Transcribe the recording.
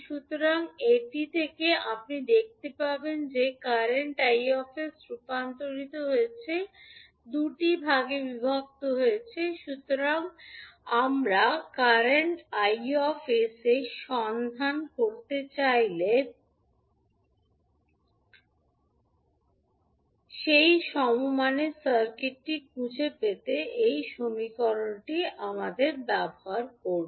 সুতরাং এটি থেকে আপনি দেখতে পাবেন যে কারেন্ট 𝐼 𝑠 রূপান্তরিত হয়েছে দুটি ভাগে বিভক্ত হয়েছে সুতরাং আমরা আমরা কারেন্ট 𝐼 𝑠 সন্ধান করতে চাইলে সেই সমমানের সার্কিটটি খুঁজে পেতে সেই সমীকরণটি ব্যবহার করব